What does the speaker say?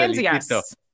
yes